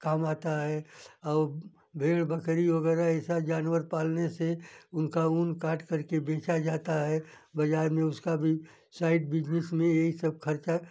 काम आता है और भेड़ बकरी वगैरह ऐसा जानवर पालने से उनका ऊन काटकर के बेचा जाता है बजार में उसका भी साइड बिजनेस में यही सब खर्चा